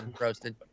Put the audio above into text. Roasted